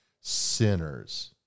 sinners